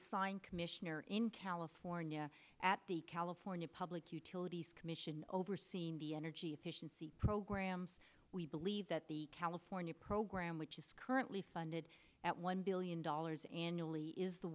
assigned commissioner in california at the california public utilities commission overseeing the energy efficiency programs we believe that the california program which is currently funded at one billion dollars annually is the